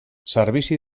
servici